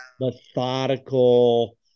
methodical